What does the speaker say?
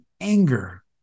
anger